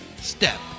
step